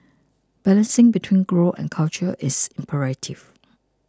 balancing between growth and culture is imperative